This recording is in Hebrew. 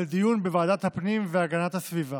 לדיון בוועדת הפנים והגנת הסביבה.